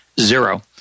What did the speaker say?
zero